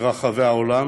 ברחבי העולם,